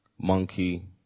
Monkey